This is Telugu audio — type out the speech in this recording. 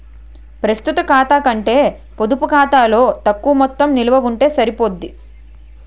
ప్రస్తుత ఖాతా కంటే పొడుపు ఖాతాలో తక్కువ మొత్తం నిలవ ఉంటే సరిపోద్ది